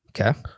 Okay